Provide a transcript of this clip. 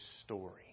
story